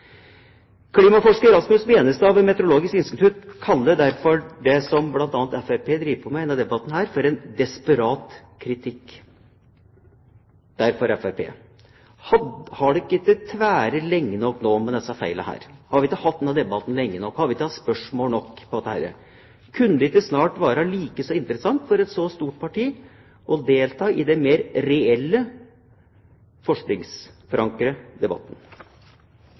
Klimaforsker Rasmus Benestad ved Meteorologisk institutt kaller derfor det som Fremskrittspartiet driver på med i denne debatten, for en desperat kritikk. Derfor spør jeg Fremskrittspartiet: Har dere ikke tværet lenge nok nå på disse feilene? Har vi ikke hatt denne debatten lenge nok? Har vi ikke hatt spørsmål nok om dette? Kunne det ikke snart være like så interessant for et så stort parti å delta i den mer reelle forskningsforankrede debatten?